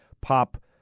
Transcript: pop